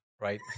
right